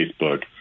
Facebook